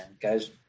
guys